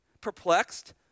perplexed